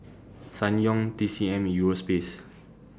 Ssangyong T C M Euro Space